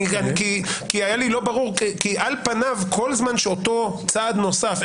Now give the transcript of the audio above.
על פניו כל זמן שאותו צעד נוסף,